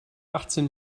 achtzehn